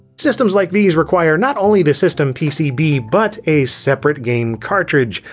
systems like these require not only the system pcb but a separate game cartridge,